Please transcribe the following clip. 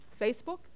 Facebook